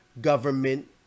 government